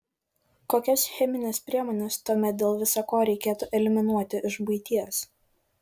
kokias chemines priemones tuomet dėl visa ko reikėtų eliminuoti iš buities